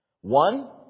One